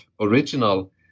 original